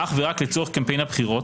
אך ורק לצורך קמפיין הבחירות,